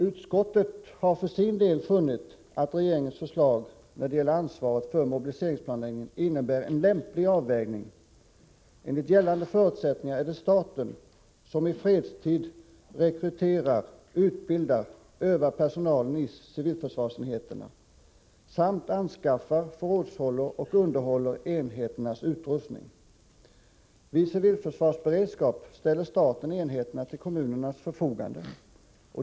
Utskottet för sin del har funnit att regeringens förslag när det gäller ansvaret för mobiliseringsplanläggningen innebär en lämplig avvägning. Enligt gällande förutsättningar är det staten som i fredstid rekryterar, utbildar och övar personalen i civilförsvarsenheterna samt anskaffar, förrådshåller och underhåller enheternas utrustning. Vid civilförsvarsberedskap ställer staten enheterna till kommunens förfogande.